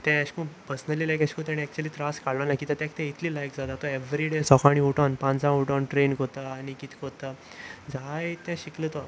तें अशें को पर्सनली लायक अशे करून ताणें एक्चुली त्रास काडलेले लायक किद्याक ताका तें इतली लायक जाता तो एवरीडे सकाळी उठून पांचां उठून ट्रेन करता आनी कितें करता जायतें शिकलो तो